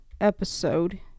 episode